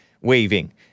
waving